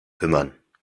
kümmern